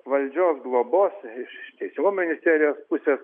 valdžios globos iš teisingumo ministerijos pusės